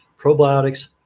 Probiotics